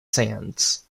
sands